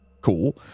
Cool